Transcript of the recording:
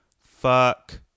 Fuck